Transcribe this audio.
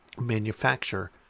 manufacture